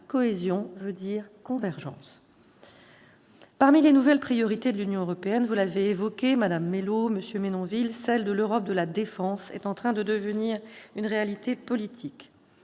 Cohésion veut dire convergence. Parmi les nouvelles priorités de l'Union européenne, vous l'avez évoqué, madame Mélot, monsieur Menonville, celle de l'Europe de la défense est en train de devenir une réalité politique.